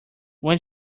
when